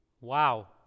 Wow